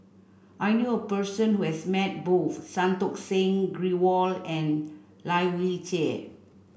I knew a person who has met both Santokh Singh Grewal and Lai Weijie